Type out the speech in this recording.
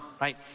right